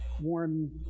warm